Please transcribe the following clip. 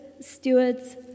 stewards